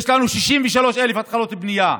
יש לנו 63,000 התחלות בנייה.